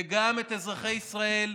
וגם את אזרחי ישראל,